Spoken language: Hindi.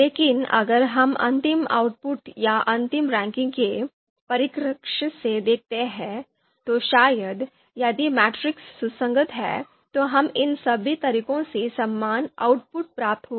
लेकिन अगर हम अंतिम आउटपुट या अंतिम रैंकिंग के परिप्रेक्ष्य से देखते हैं तो शायद यदि मैट्रिक्स सुसंगत है तो हमें इन सभी तरीकों से समान आउटपुट प्राप्त होगा